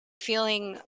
feeling